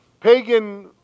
pagan